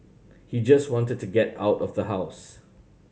he just wanted to get out of the house